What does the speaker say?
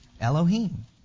Elohim